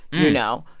you know?